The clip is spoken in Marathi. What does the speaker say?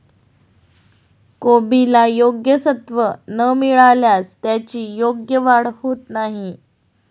कोबीला योग्य सत्व न मिळाल्यास त्याची योग्य वाढ होत नाही